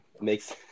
Makes